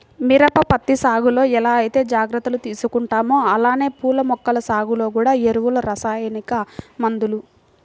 మిరప, పత్తి సాగులో ఎలా ఐతే జాగర్తలు తీసుకుంటామో అలానే పూల మొక్కల సాగులో గూడా ఎరువులు, రసాయనిక మందులు